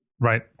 right